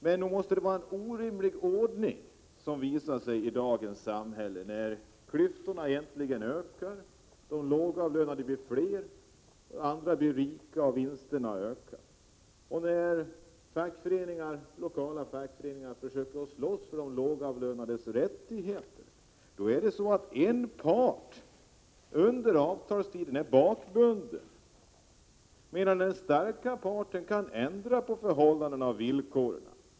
Det måste vara en orimlig ordning i dagens samhälle då klyftorna ökar, de lågavlönade blir flera, några blir rika och vinsterna ökar. När lokala fackföreningar försöker slåss för de lågavlönades rättigheter är ena parten under avtalstiden bakbunden medan den starka parten kan ändra på förhållandena och villkoren.